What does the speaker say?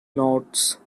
nodes